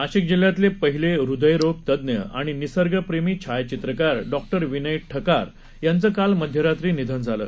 नाशिक जिल्ह्यातले पहिले ह्रदयरोगतज्ञ आणि निसर्गप्रेमी छायाचित्रकार डॉक्टर विनय ठकार यांचं काल मध्यरात्री निधन झालं